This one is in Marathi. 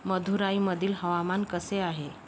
मदुराईमधील हवामान कसे आहे